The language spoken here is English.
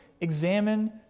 examine